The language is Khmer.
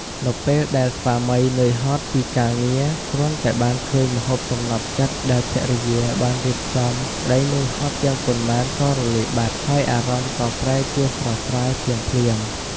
នៅពេលដែលស្វាមីនឿយហត់ពីការងារ គ្រាន់តែបានឃើញម្ហូបសំណព្វចិត្តដែលភរិយាបានរៀបចំ ក្តីនឿយហត់ទាំងប៉ុន្មានក៏រលាយបាត់ ហើយអារម្មណ៍ក៏ប្រែជាស្រស់ស្រាយភ្លាមៗ។